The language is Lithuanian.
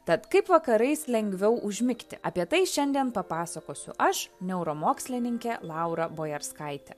tad kaip vakarais lengviau užmigti apie tai šiandien papasakosiu aš neuromokslininkė laura bojarskaitė